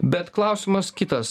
bet klausimas kitas